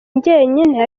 njyenyine